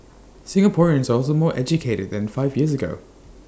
Singaporeans are also more educated now than five years ago